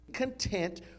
content